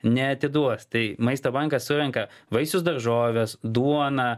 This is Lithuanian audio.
neatiduos tai maisto bankas surenka vaisius daržoves duoną